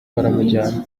baramujyana